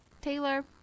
Taylor